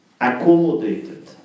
accommodated